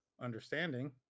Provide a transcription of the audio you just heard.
understanding